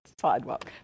sidewalk